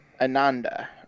Ananda